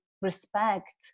respect